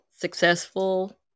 successful